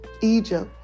Egypt